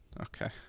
Okay